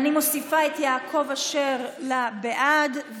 בנושא: הקמת שדה תעופה משלים לנתב"ג בנבטים,